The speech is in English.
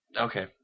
Okay